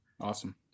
Awesome